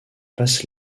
passe